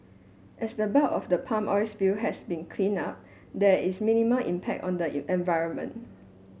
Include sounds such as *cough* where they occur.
as the bulk of the palm oil spill has been cleaned up there is minimal impact on the *unintelligible* environment